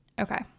Okay